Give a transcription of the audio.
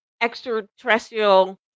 Extraterrestrial